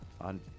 on